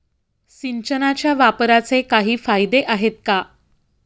सिंचनाच्या वापराचे काही फायदे आहेत का?